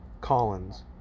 Collins